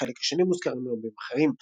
בחלק השני מוזכרים רבים אחרים.